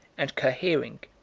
and cohering,